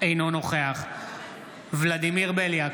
אינו נוכח ולדימיר בליאק,